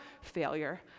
failure